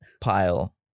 pile